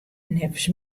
neffens